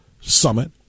Summit